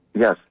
Yes